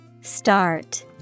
Start